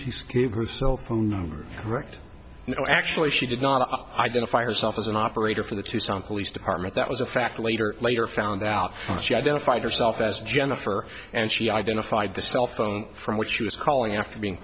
she's gave her cell phone number correct you know actually she did not identify herself as an operator from the tucson police department that was a fact later later found out she identified herself as jennifer and she identified the cell phone from which she was calling after being